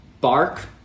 bark